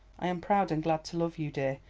i am proud and glad to love you, dear,